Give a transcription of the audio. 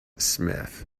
smith